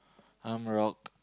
I'm rock